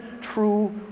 true